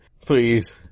Please